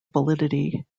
validity